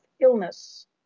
illness